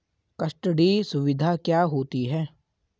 Custody सुविधा क्या होती है?